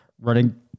running